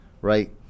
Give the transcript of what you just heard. right